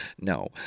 No